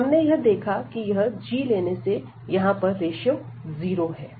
तो हमने यह देखा कि यह g लेने से यहां पर रेश्यो 0 है